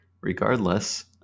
regardless